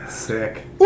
Sick